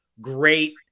great